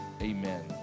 Amen